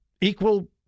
equal